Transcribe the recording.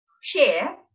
share